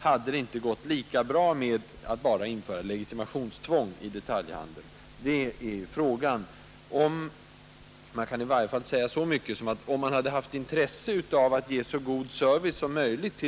Hade det inte gått lika bra att bara införa legitimationstvång i detaljhandeln? Man kan i varje fall säga så mycket: Om det hade funnits intresse av att ge så god service som möjligt åt